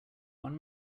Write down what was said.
one